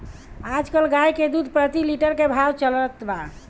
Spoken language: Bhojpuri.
आज कल गाय के दूध प्रति लीटर का भाव चलत बा?